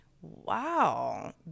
wow